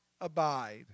abide